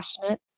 passionate